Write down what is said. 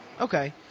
Okay